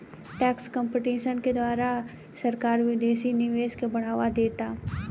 tax competition के द्वारा सरकार विदेशी निवेश के बढ़ावा देता